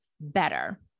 better